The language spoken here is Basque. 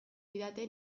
didate